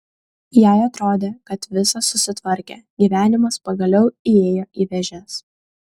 jai atrodė kad visa susitvarkė gyvenimas pagaliau įėjo į vėžes